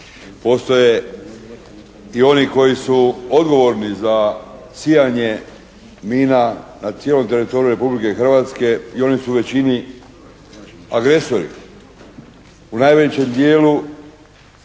Postoje i oni koji su odgovorni za sijanje mina na cijelom teritoriju Republike Hrvatske i oni su u većini agresori. U najvećem dijelu